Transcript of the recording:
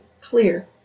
clear